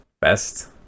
best